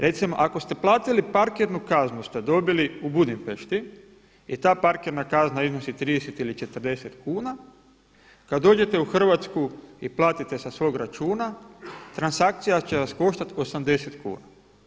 Recimo ako ste platili parkirnu kaznu ste dobili u Budimpešti i ta parkirna kazna iznosi 30 ili 40 kuna, kada dođete u Hrvatsku i platite sa svoga računa transakcija će vas koštati 80 kuna.